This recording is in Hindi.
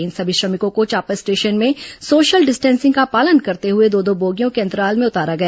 इन समी श्रमिकों को चांपा स्टेशन में सोशल डिस्टेंसिंग का पालन करते हुए दो दो बोगियों के अंतराल में उतारा गया